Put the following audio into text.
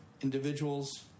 individuals